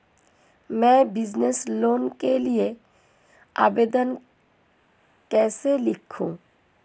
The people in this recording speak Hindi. मैं बिज़नेस लोन के लिए आवेदन कैसे लिखूँ?